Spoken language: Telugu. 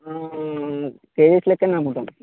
కేజీస్ లెక్క అమ్ముతాం